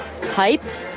hyped